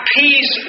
peace